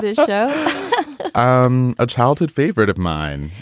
this yeah um a childhood favorite of mine.